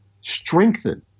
strengthen